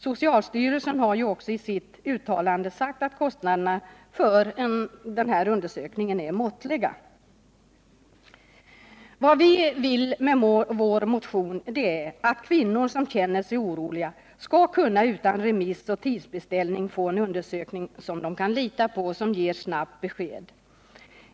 Socialstyrelsen har ju också i sitt uttalande sagt att kostnaderna för en sådan undersökning är måttliga. Vad vi vill med vår motion är att kvinnor som känner sig oroliga skall kunna utan remiss och tidsbeställning få en undersökning som de kan lita på och som ger ett snabbt besked.